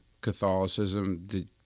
Catholicism